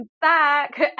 back